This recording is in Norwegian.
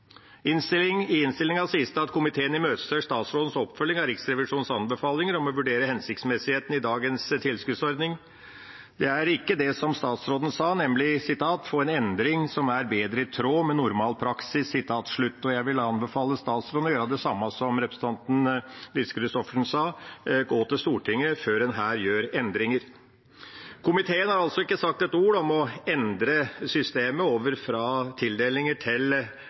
I innstillinga sies det: «Komiteen imøteser statsrådens oppfølgning av Riksrevisjonens anbefaling om å vurdere hensiktsmessigheten i dagens tilskuddsordning.» Det er ikke det statsråden sa, han sa nemlig: få en endring «som er bedre i tråd med det som er den normale praksisen». Jeg vil anbefale statsråden å gjøre det samme som representanten Lise Christoffersen sa, gå til Stortinget før en her gjør endringer. Komiteen har altså ikke sagt ett ord om å endre systemet over fra tildelinger til